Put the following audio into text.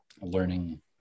learning